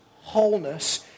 wholeness